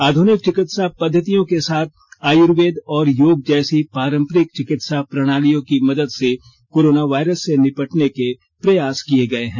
आधुनिक चिकित्सा पद्धतियों के साथ आयुर्वेद और योग जैसी पारंपरिक चिकित्सा प्रणालियों की मदद से कोरोना वायरस से निपटने के प्रयास किए गए हैं